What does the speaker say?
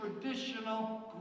traditional